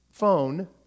phone